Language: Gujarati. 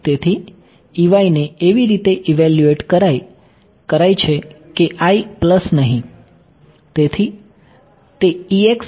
તેથી ને એવી રીતે ઇવેલ્યુએટ કરાય છે કે i પ્લસ નહિ